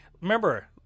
remember